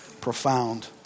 profound